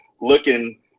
looking